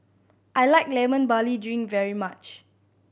I like Lemon Barley Drink very much